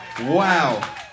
Wow